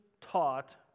taught